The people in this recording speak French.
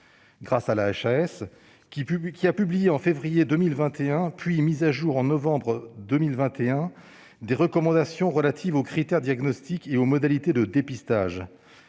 de santé (HAS), qui a publié en février 2021, puis mis à jour en novembre, des recommandations relatives aux critères de diagnostic et aux modalités de dépistage,